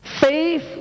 Faith